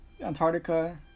Antarctica